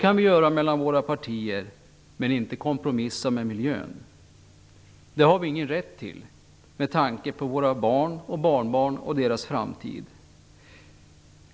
kan vi göra mellan våra partier, men vi kan inte kompromissa om miljön. Det har vi ingen rätt till med tanke på våra barn och barnbarn och deras framtid.